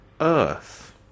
earth